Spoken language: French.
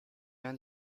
rien